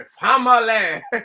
family